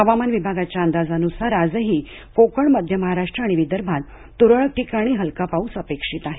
हवामान विभागाच्या अंदाजानुसार आजही कोकण मध्य महाराष्ट्र आणि विदर्भात तुरळक ठिकाणी हलका पाऊस अपेक्षित आहे